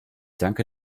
danke